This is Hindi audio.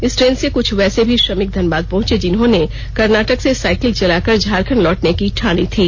इस ट्रेन से कुछ वैसे भी श्रमिक धनबाद पहंचे जिन्होंने कर्नाटक से साइकिल चलाकर झारखंड लौटाने की ठानी थी